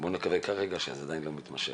נקווה שכרגע זה לא מתמשך.